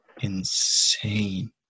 Insane